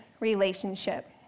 relationship